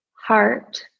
heart